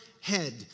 head